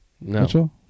No